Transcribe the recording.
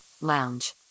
lounge